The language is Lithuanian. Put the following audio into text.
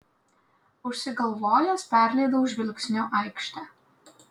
užsigalvojęs perleidau žvilgsniu aikštę